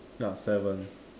ya seven